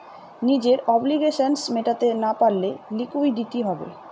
নিজের অব্লিগেশনস মেটাতে না পারলে লিকুইডিটি হবে